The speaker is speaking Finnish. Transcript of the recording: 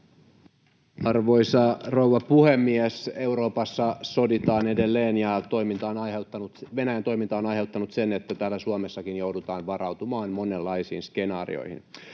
Arvoisa rouva puhemies! Euroopassa soditaan edelleen, ja Venäjän toiminta on aiheuttanut sen, että täällä Suomessakin joudutaan varautumaan monenlaisiin skenaarioihin.